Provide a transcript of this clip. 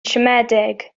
siomedig